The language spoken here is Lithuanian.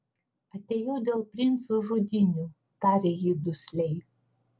atėjau dėl princų žudynių tarė ji dusliai